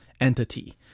entity